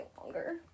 longer